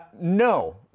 No